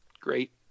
great